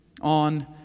on